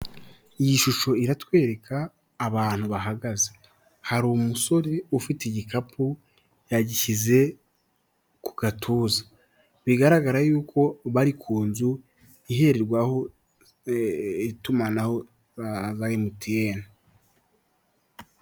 Iyi shusho iratwereka abantu bahagaze, hari umusore ufite igikapu yagishyize ku gatuza, bigaragara yuko bari ku nzu ihererwaho itumanaho rya emutiyene .